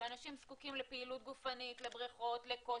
שאנשים זקוקים לפעילות גופנית, לבריכות, לכושר,